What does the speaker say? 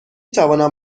توانم